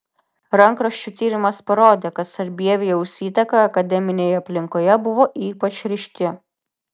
rankraščių tyrimas parodė kad sarbievijaus įtaka akademinėje aplinkoje buvo ypač ryški